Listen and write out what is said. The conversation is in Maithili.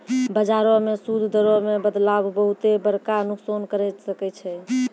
बजारो मे सूद दरो मे बदलाव बहुते बड़का नुकसान करै सकै छै